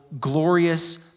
glorious